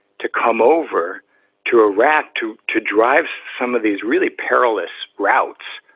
to come over to iraq to to drive some of these really perilous routes.